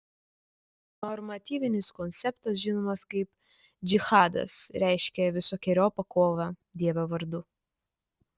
normatyvinis konceptas žinomas kaip džihadas reiškia visokeriopą kovą dievo vardu